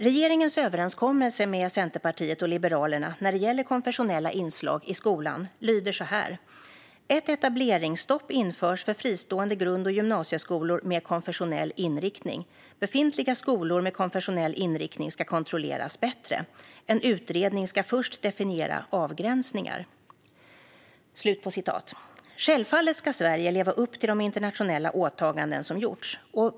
Regeringens överenskommelse med Centerpartiet och Liberalerna när det gäller konfessionella inslag i skolan lyder så här: "Ett etableringsstopp införs för fristående grund och gymnasieskolor med konfessionell inriktning. Befintliga skolor med konfessionell inriktning ska kontrolleras bättre. En utredning ska först definiera avgränsningar." Självfallet ska Sverige leva upp till de internationella åtaganden som gjorts.